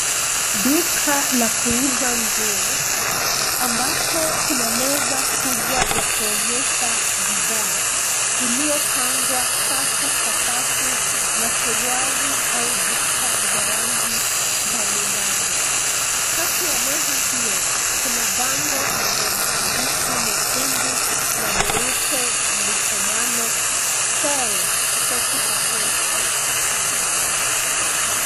Duka la kuuza nguo, ambapo kuna meza kubwa ya kuonyesha bidhaa, iliyopangwa safu kwa safu na suruali au bukta za rangi mbali mbali. Kati ya meza hio, kuna bango lenye maandishi mekundu na meupe, lisomalo, Sale, 40% off .